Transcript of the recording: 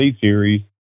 series